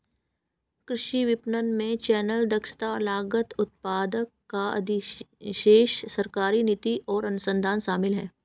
कृषि विपणन में चैनल, दक्षता और लागत, उत्पादक का अधिशेष, सरकारी नीति और अनुसंधान शामिल हैं